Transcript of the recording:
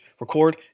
record